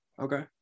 Okay